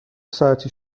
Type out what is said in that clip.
ساعتی